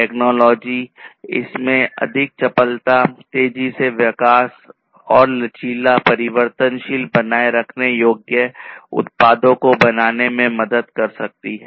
technology इसमें अधिक चपलता तेजी से विकास और लचीला परिवर्तनशील बनाए रखने योग्य उत्पादों को बनाने में मदद कर सकती है